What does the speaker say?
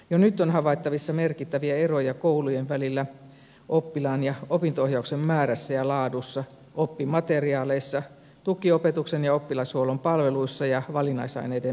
jo nyt on havaittavissa merkittäviä eroja koulujen välillä oppilaan ja opinto ohjauksen määrässä ja laadussa oppimateriaaleissa tukiopetuksen ja oppilashuollon palveluissa ja valinnaisaineiden määrässä